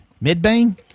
Mid-bang